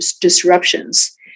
disruptions